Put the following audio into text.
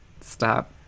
stop